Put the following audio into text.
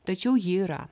tačiau ji yra